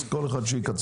אז כל אחד שיקצר.